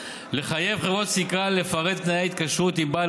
לחייב חברות סליקה לפרט תנאי התקשרות עם בעל